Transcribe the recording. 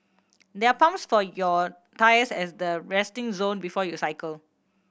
there are pumps for your tyres at the resting zone before you cycle